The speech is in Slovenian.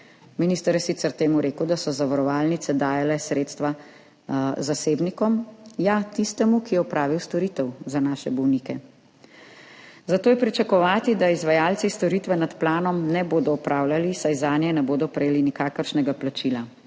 Minister je sicer temu rekel, da so zavarovalnice dajale sredstva zasebnikom, ja, tistemu, ki je opravil storitev za naše bolnike, zato je pričakovati, da izvajalci storitev nad planom ne bodo opravljali, saj zanje ne bodo prejeli nikakršnega plačila.